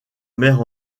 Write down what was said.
mère